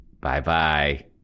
Bye-bye